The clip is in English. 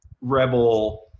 rebel